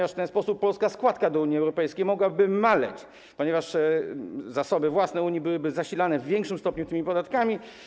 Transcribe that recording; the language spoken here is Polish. W ten sposób bowiem polska składka do Unii Europejskiej mogłaby maleć, ponieważ zasoby własne Unii byłyby zasilane w większym stopniu tymi podatkami.